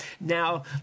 now